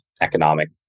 economic